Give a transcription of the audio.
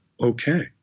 okay